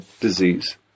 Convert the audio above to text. disease